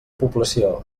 població